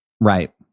Right